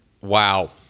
Wow